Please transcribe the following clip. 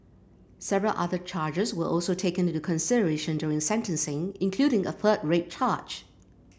several other charges were also taken into consideration during sentencing including a third rape charge